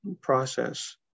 process